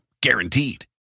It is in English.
Guaranteed